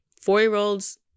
Four-year-olds